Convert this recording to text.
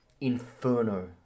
inferno